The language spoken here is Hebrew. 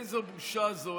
איזו בושה זו.